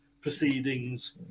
proceedings